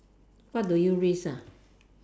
what do you risk ah